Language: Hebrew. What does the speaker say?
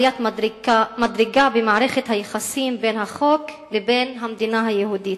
עליית מדרגה במערכת היחסים בין החוק לבין המדינה היהודית.